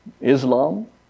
Islam